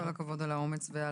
כל הכבוד על האומץ ועל הדברים